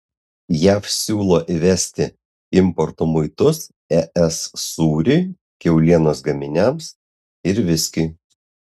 jav siūlo įvesti importo muitus es sūriui kiaulienos gaminiams ir viskiui